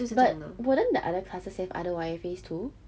but wouldn't the other classes have other wire phase two